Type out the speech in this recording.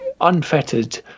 unfettered